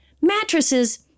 mattresses